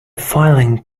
filing